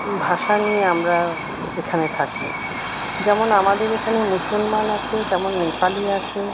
ভাষা নিয়ে আমরা এখানে থাকি যেমন আমাদের এখানে মুসলমান আছে তেমন নেপালি আছে